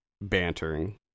bantering